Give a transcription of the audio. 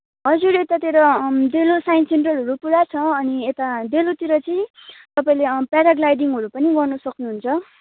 हजुर यतातिर डेलो साइन्स सेन्टरहरू पुरा छ अनि यता डेलोतिर चाहिँ तपाईँले प्याराग्लाइडिङ पनि गर्न सक्नुहुन्छ